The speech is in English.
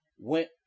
Went